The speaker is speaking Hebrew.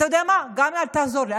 אתה יודע מה, גם אל תעזור לי.